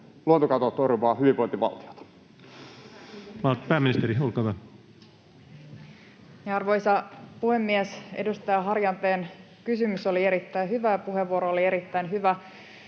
luontokatoa torjuvaa hyvinvointivaltiota? Pääministeri, olkaa hyvä. Arvoisa puhemies! Edustaja Harjanteen kysymys oli erittäin hyvä ja puheenvuoro oli erittäin hyvä.